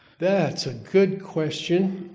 that's a good question.